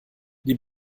die